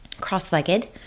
cross-legged